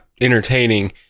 entertaining